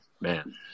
man